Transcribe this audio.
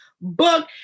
book